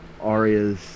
Arya's